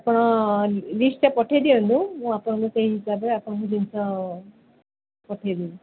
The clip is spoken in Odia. ଆପଣ ଲିଷ୍ଟଟା ପଠେଇ ଦିଅନ୍ତୁ ମୁଁ ଆପଣଙ୍କୁ ସେଇ ହିସାବରେ ଆପଣଙ୍କୁ ଜିନିଷ ପଠେଇ ଦେବି